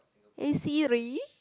hey Siri